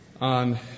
on